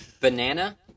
Banana